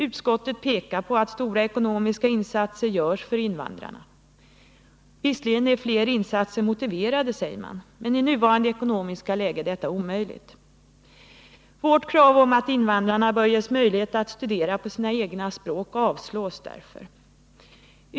Utskottet pekar på att stora ekonomiska insatser görs för invandrarna. Visserligen är fler insatser motiverade, säger man, men i nuvarande ekonomiska läge är detta omöjligt. Vårt krav att invandrarna bör ges möjlighet att studera på sina egna språk avslås därför.